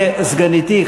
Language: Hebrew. וסגניתי,